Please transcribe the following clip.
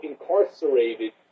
incarcerated